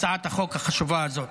הצעת החוק החשובה הזאת.